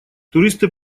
туристы